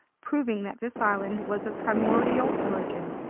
proving that this island was of primordial origin.